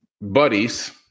buddies